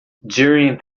during